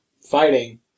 fighting